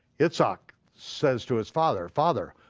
yitzhak says to his father, father,